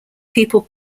people